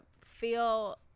feel